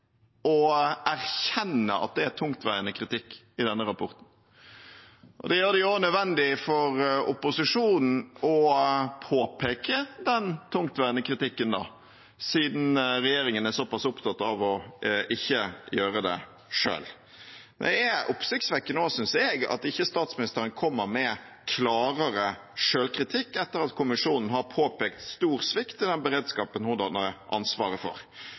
å erkjenne at det er tungtveiende kritikk i denne rapporten. Det gjør det jo nødvendig for opposisjonen å påpeke den tungtveiende kritikken, siden regjeringen er såpass opptatt av ikke å gjøre det selv. Det er også oppsiktsvekkende, synes jeg, at ikke statsministeren kommer med klarere selvkritikk etter at kommisjonen har påpekt stor svikt i den beredskapen hun hadde ansvaret for.